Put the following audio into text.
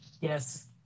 yes